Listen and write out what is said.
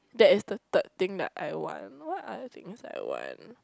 that is the third thing that I want what other things I want